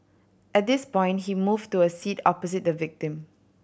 at this point he moved to a seat opposite the victim